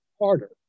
harder